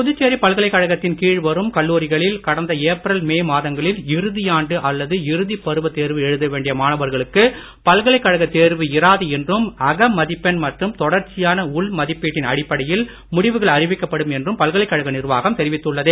புதுச்சேரி பல்கலைக்கழகத்தின் கீழ் வரும் கல்லூரிகளில் கடந்த ஏப்ரல் மே மாதங்களில் இறுதியாண்டு அல்லது இறுதிப் பருவத் தேர்வு எழுத வேண்டிய மாணவர்களுக்கு பல்கலைக்கழக தேர்வு இராது என்றும் மதிப்பெண் மற்றும் தொடர்ச்சியான உள் மதிப்பீட்டின் அக அடிப்படையில் முடிவுகள் அறிவிக்கப்படும் என்றும் பல்கலைக்கழக நிர்வாகம் தெரிவித்துள்ளது